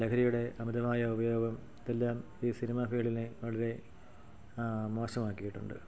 ലഹരിയുടെ അമിതമായ ഉപയോഗം ഇതെല്ലാം ഈ സിനിമ ഫീൽഡിനെ വളരെ മോശമാക്കിയിട്ടുണ്ട്